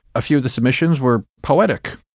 a few of the submissions were poetic,